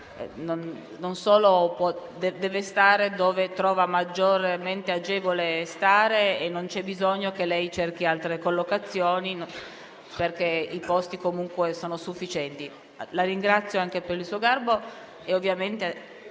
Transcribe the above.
può e deve stare dove trova maggiormente agevole stare e non c'è bisogno che cerchi altre collocazioni, perché i posti comunque sono sufficienti. La ringrazio anche per il suo garbo e ovviamente